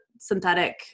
synthetic